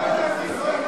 דוגמאות.